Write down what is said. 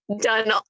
done